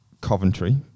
Coventry